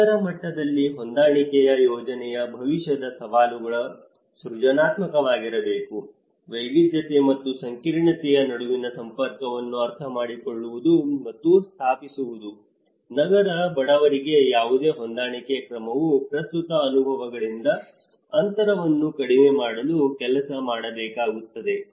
ನಗರ ಮಟ್ಟದಲ್ಲಿ ಹೊಂದಾಣಿಕೆಯ ಯೋಜನೆಯ ಭವಿಷ್ಯದ ಸವಾಲುಗಳು ಸೃಜನಾತ್ಮಕವಾಗಿರಬೇಕು ವೈವಿಧ್ಯತೆ ಮತ್ತು ಸಂಕೀರ್ಣತೆಯ ನಡುವಿನ ಸಂಪರ್ಕವನ್ನು ಅರ್ಥಮಾಡಿಕೊಳ್ಳುವುದು ಮತ್ತು ಸ್ಥಾಪಿಸುವುದು ನಗರ ಬಡವರಿಗೆ ಯಾವುದೇ ಹೊಂದಾಣಿಕೆಯ ಕ್ರಮವು ಪ್ರಸ್ತುತ ಅನುಭವಗಳಿಂದ ಅಂತರವನ್ನು ಕಡಿಮೆ ಮಾಡಲು ಕೆಲಸ ಮಾಡಬೇಕಾಗುತ್ತದೆ